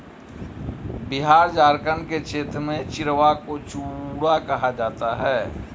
बिहार झारखंड के क्षेत्र में चिड़वा को चूड़ा कहा जाता है